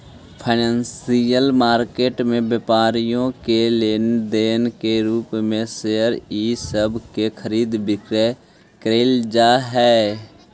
financial market में व्यापारी के लेन देन के रूप में शेयर इ सब के खरीद बिक्री कैइल जा हई